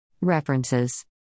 References